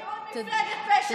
רק אתם מיניתם אותם, שכחת את זה.